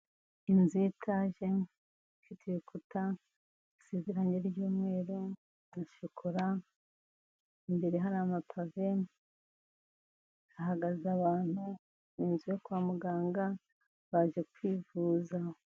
Inzu ya itaje ifite urukuta isize irange ry'umweru na shokora, imbere hari amapave, hahagaze abantu, inzu yo kwa muganga baje kwivuza.